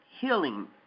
healing